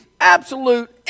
absolute